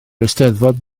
eisteddfod